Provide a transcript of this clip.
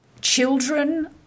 children